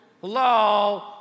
hello